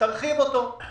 תרחיב אותו,